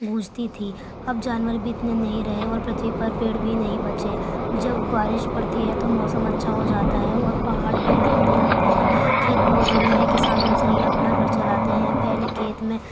گونجتی تھی اب جانور بھی اتنے نہیں رہے اور پرتھوی پر پیڑ بھی نہیں بچے جب بارش پڑتی ہے تو موسم اچھا ہو جاتا ہے اور پہاڑ بھی دکھنے لگتے ہیں کھیت بہت ضروری ہیں کسان ان سے ہی اپنا گھر چلاتے ہیں پہلے کھیت میں